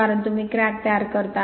कारण तुम्ही क्रॅक तयार करता